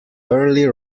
early